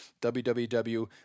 WWW